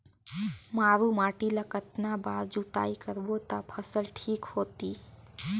मारू माटी ला कतना बार जुताई करबो ता फसल ठीक होती?